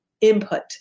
input